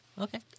okay